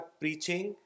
preaching